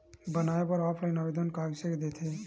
बनाये बर ऑफलाइन आवेदन का कइसे दे थे?